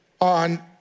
on